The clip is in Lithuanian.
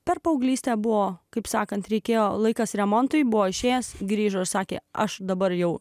per paauglystę buvo kaip sakant reikėjo laikas remontui buvo išėjęs grįžo sakė aš dabar jau